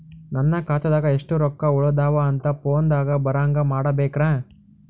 ನನ್ನ ಖಾತಾದಾಗ ಎಷ್ಟ ರೊಕ್ಕ ಉಳದಾವ ಅಂತ ಫೋನ ದಾಗ ಬರಂಗ ಮಾಡ ಬೇಕ್ರಾ?